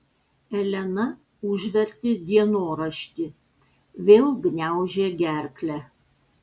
elena užvertė dienoraštį vėl gniaužė gerklę